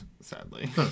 sadly